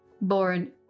born